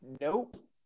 Nope